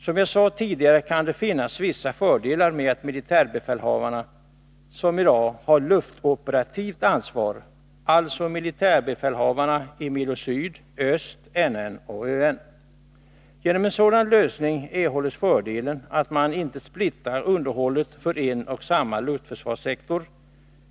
Som jag sade tidigare kan det finnas vissa fördelar med att militärbefälhavarna — alltså militärbefälhavarna för milo Syd, Öst, Nedre Norrland och Övre Norrland — liksom i dag har luftoperativt ansvar. Genom en sådan lösning erhålls fördelen att man inte splittrar underhållet för en och samma luftförsvarssektor.